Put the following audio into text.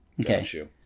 Okay